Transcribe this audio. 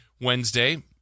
Wednesday